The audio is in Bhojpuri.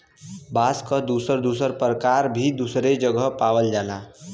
बांस क दुसर दुसर परकार भी दुसरे जगह पावल जाला